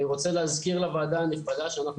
אני רוצה להזכיר לוועדה הנכבדה שאנחנו